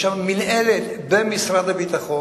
יש לנו מינהלת במשרד הביטחון.